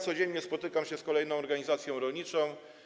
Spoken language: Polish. Codziennie spotykam się z kolejną organizacją rolniczą.